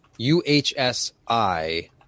UHSI